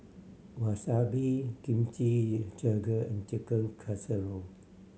Wasabi Kimchi Jjigae and Chicken Casserole